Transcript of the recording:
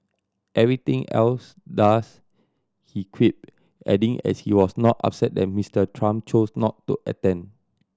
everything else does he quipped adding as he was not upset that Mister Trump chose not to attend